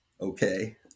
okay